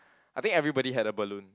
I think everybody had a balloon